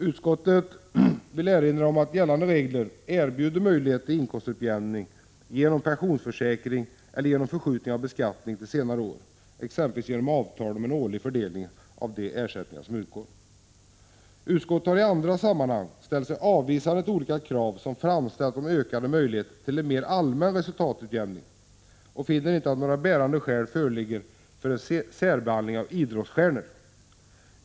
Utskottet erinrar om att gällande regler erbjuder möjligheter till inkomstutjämning genom pensionsförsäkring eller genom förskjutning av beskattningen till senare år, exempelvis genom avtal om en årlig fördelning av de ersättningar som utgår. Utskottet har i andra sammanhang ställt sig avvisande till olika krav som framställts om ökade möjligheter till en mer allmän resultatutjämning och finner inte att några bärande skäl föreligger för en särbehandling av idrottsstjärnor.